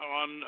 on